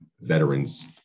veterans